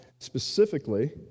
specifically